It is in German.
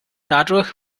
dadurch